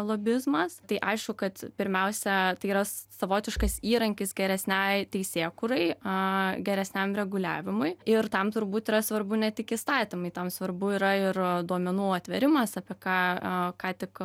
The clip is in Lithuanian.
lobizmas tai aišku kad pirmiausia tai yra savotiškas įrankis geresniai teisėkūrai geresniam reguliavimui ir tam turbūt yra svarbu ne tik įstatymai tam svarbu yra ir duomenų atvėrimas apie ką ką tik